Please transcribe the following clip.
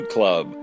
Club